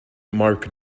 mark